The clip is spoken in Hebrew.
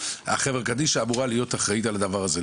והחברה קדישא אמורה להיות אחראית על הדבר הזה.